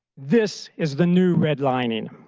this is the new redlining.